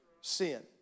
sin